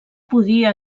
podia